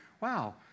wow